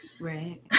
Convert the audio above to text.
right